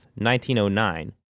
1909